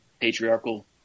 patriarchal